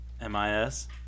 M-I-S